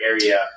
area